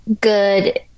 good